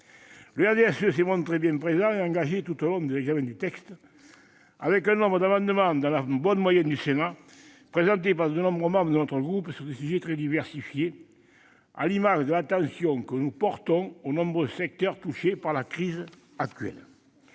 Le RDSE s'est montré particulièrement engagé tout au long de l'examen du texte, avec un nombre d'amendements s'inscrivant dans la moyenne haute du Sénat, présentés par de nombreux membres de notre groupe sur des sujets très diversifiés, à l'image de l'attention que nous portons aux nombreux secteurs touchés par la crise actuelle.